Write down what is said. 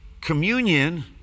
communion